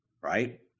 right